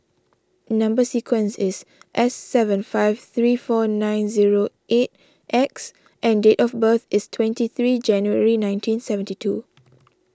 Number Sequence is S seven five three four nine zero eight X and date of birth is twenty three January nineteen seventy two